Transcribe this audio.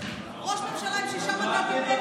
אבל ראש ממשלה אפשר בלי ניסיון,